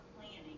planning